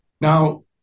Now